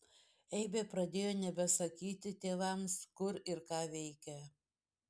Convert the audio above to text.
eibė pradėjo nebesakyti tėvams kur ir ką veikia